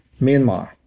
Myanmar